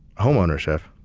home ownership.